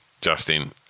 Justin